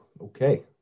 okay